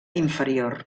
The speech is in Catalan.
inferior